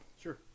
Sure